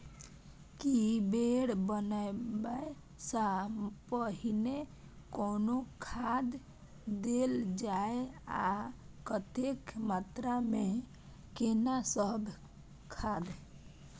की bed बनबै सॅ पहिने कोनो खाद देल जाय आ कतेक मात्रा मे केना सब खाद?